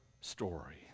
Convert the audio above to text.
story